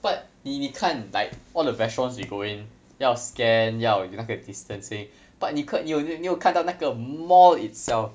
but 你你看 like all the restaurants you go in 要 scan 要那个 distancing but 你 k~ 你有你有看到那个 mall itself